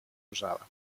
usada